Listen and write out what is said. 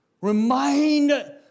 Remind